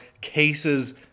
cases